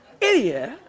idiot